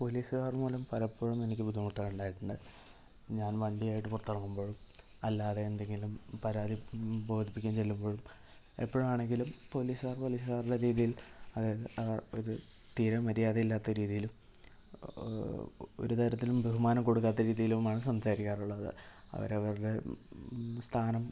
പോലീസുകാർ മൂലം പലപ്പോഴും എനിക്ക് ബുദ്ധിമുട്ടുകളുണ്ടായിട്ടുണ്ട് ഞാൻ വണ്ടിയായിട്ട് പുറത്ത് ഇറങ്ങുമ്പോഴും അല്ലാതെ എന്തെങ്കിലും പരാതി ബോധിപ്പിക്കാൻ ചെല്ലുമ്പോഴും എപ്പോഴാണെങ്കിലും പോലീസുകാർ പോലീസുകാരുടെ രീതിയിൽ അതായത് ആ ഒരു തീരെ മര്യാദ ഇല്ലാത്ത രീതിയിലും ഒരു തരത്തിലും ബഹുമാനം കൊടുക്കാത്ത രീതിയിലുമാണ് സംസാരിക്കാറുള്ളത് അവരവരുടെ സ്ഥാനം